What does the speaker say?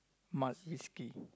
malt whiskey